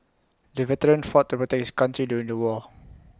the veteran fought to protect his country during the war